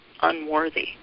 unworthy